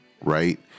right